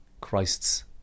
Christ's